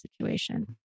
situation